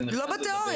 זה לא בתיאוריה,